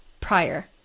prior